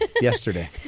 yesterday